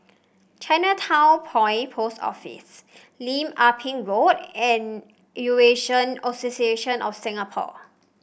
Chinatown Point Post Office Lim Ah Pin Road and Eurasian Association of Singapore